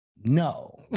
No